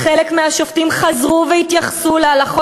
"חלק מהשופטים חזרו והתייחסו להלכות